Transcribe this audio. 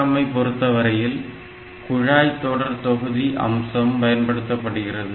ARM ஐ பொறுத்தவரையில் குழாய் தொடர் தொகுதி அம்சம் பயன்படுத்தப்படுகிறது